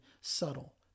subtle